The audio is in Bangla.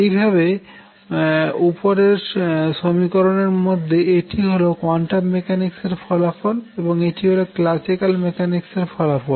একইভাবে উপরের সমিকরনের মধ্যে এটি হল কোয়ান্টাম মেকানিক্স এর ফলাফল এবং এটি হল ক্ল্যাসিক্যলি মেকানিক্স এর ফলাফল